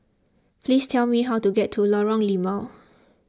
please tell me how to get to Lorong Limau